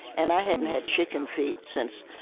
and i hadn't had chicken feet since,